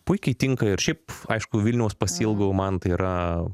puikiai tinka ir šiaip aišku vilniaus pasiilgau man tai yra